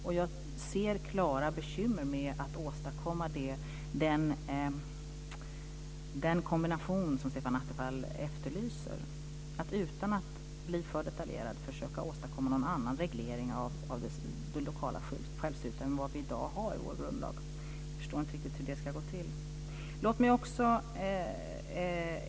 Och jag ser klara bekymmer med att åstadkomma den kombination som Stefan Attefall efterlyser, att utan att bli för detaljerad försöka åstadkomma någon annan reglering av det lokala självstyret än vad vi i dag har i vår grundlag. Jag förstår inte riktigt hur det ska gå till.